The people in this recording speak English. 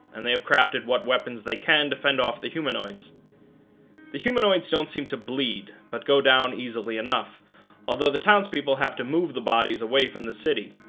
and they have crafted what weapons they can to fend off the humanoids the humanoids don't seem to bleed, but go down easily enough although the townspeople have to move the bodies away from the city,